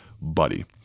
buddy